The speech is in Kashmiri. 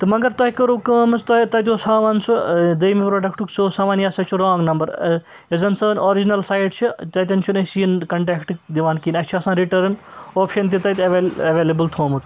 تہٕ مگر تۄہہِ کٔرٕو کٲم حظ تۄہہِ تَتہِ اوس ہاوان سُہ دوٚیمہِ پرٛوڈَکٹُک سُہ اوس ہاوان یہِ ہَسا چھُ رانٛگ نمبر یۄس زَن سٲنۍ آرجنَل سایٹ چھِ تَتٮ۪ن چھُنہٕ اَسۍ یہِ کَنٹیکٹ دِوان کِہیٖنۍ اَسہِ چھُ آسان رِٹٲرٕن آپشَن تہِ تَتہِ اٮ۪ویل اٮ۪ویلیبٕل تھوٚمُت